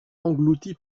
englouti